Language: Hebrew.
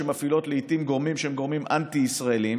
שמפעילות לעיתים גורמים שהם גורמים אנטי-ישראליים,